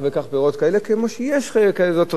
כמו שיש רגולציה במקומות אחרים.